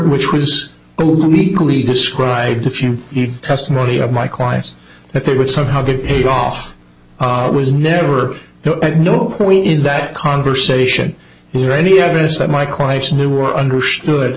which was a weekly described if your testimony of my clients that they would somehow get paid off i was never there at no point in that conversation is there any evidence that my clients knew were understood